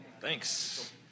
Thanks